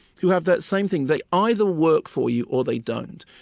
who have that same thing. they either work for you, or they don't.